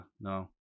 no